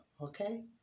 okay